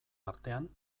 artean